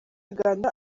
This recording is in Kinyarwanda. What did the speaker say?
uganda